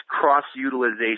cross-utilization